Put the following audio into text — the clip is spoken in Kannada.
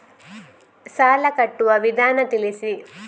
ಸಾಲ ಕಟ್ಟುವ ವಿಧಾನ ತಿಳಿಸಿ?